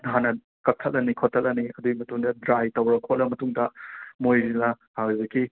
ꯍꯥꯟꯅ ꯀꯛꯊꯠꯂꯅꯤ ꯈꯣꯇꯠꯂꯅꯤ ꯑꯗꯨꯒꯤ ꯃꯇꯨꯡꯗ ꯗ꯭ꯔꯥꯏ ꯇꯧꯔ ꯈꯣꯠꯂꯕ ꯃꯇꯨꯡꯗ ꯃꯣꯏꯁꯤꯗ ꯍꯧꯖꯤꯛꯀꯤ